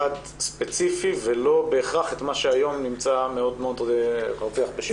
ספציפי ולא בהכרח את מה שהיום מאוד מאוד רווח בשימוש.